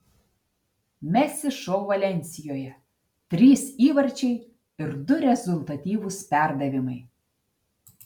messi šou valensijoje trys įvarčiai ir du rezultatyvūs perdavimai